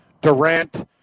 Durant